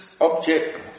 object